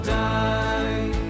die